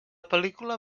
pel·lícula